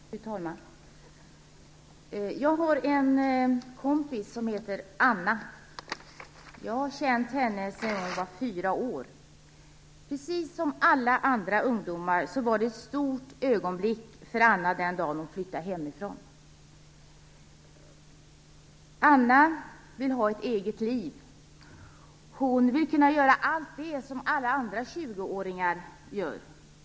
Fru talman! Jag har en kompis som heter Anna. Jag har känt henne sedan hon var fyra år. Precis som för alla andra ungdomar var det ett stort ögonblick för Anna den dagen hon flyttade hemifrån. Anna vill ha ett eget liv. Hon vill kunna göra allt det som alla andra 20-åringar gör.